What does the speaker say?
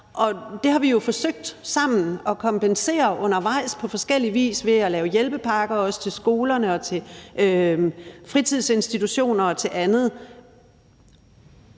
Det har vi jo forsøgt sammen at kompensere for undervejs på forskellig vis ved at lave hjælpepakker, også til skoler, til fritidsinstitutioner og til andet.